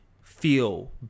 feel